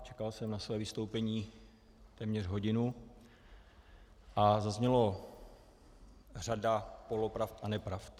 Čekal jsem na své vystoupení téměř hodinu a zazněla řada polopravd a nepravd.